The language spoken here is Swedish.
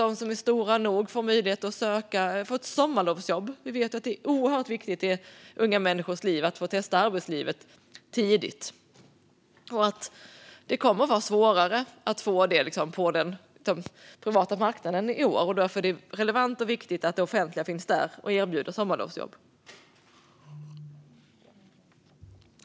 De som är stora nog ska få möjlighet att söka och få ett sommarlovsjobb. Vi vet hur oerhört viktigt det är i unga medmänniskors liv att få testa arbetslivet tidigt. Det kommer att vara svårare att få det på den privata marknaden i år. Därför är det relevant och viktigt att det offentliga finns där för att erbjuda sommarlovsjobb.